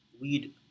weed